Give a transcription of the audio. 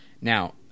now